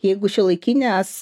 jeigu šiuolaikinės